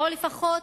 בואו לפחות,